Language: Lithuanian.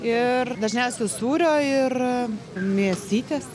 ir dažniausiai sūrio ir mėsytės